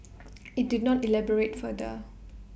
IT did not elaborate further